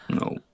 No